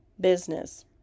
business